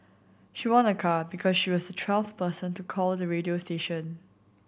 she won a car because she was twelfth person to call the radio station